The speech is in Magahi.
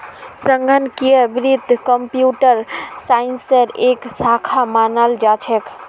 संगणकीय वित्त कम्प्यूटर साइंसेर एक शाखा मानाल जा छेक